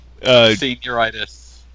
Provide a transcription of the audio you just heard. Senioritis